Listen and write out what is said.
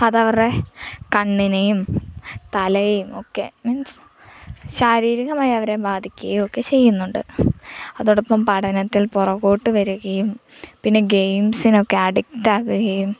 അതവരുടെ കണ്ണിനെയും തലയെയുമൊക്കെ മീൻസ് ശാരീരികമായി അവരെ ബാധിക്കുകയുമൊക്കെ ചെയ്യുന്നുണ്ട് അതോടൊപ്പം പഠനത്തിൽ പുറകോട്ട് വരികയും പിന്നെ ഗെയിമ്സിനൊക്കെ അഡിക്റ്റ് ആകുകയും